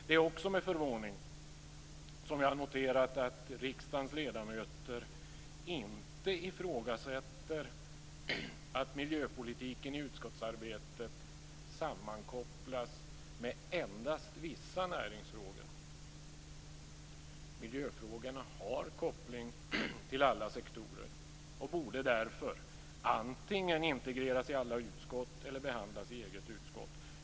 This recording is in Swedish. Det är också med förvåning som jag noterat att riksdagens ledamöter inte ifrågasätter att miljöpolitiken i utskottsarbetet sammankopplas med endast vissa näringsfrågor. Miljöfrågorna har koppling till alla sektorer och borde därför antingen integreras i alla utskott eller behandlas i ett eget utskott.